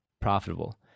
profitable